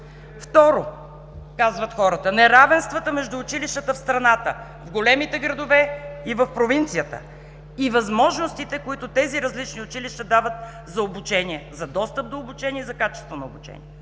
Второ, казват хората: „Неравенствата между училищата в страната, в големите градове и в провинцията, и възможностите, които тези различни училища дават за обучение, за достъп до обучение за качество на обучение“.